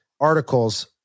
articles